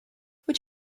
would